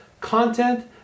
content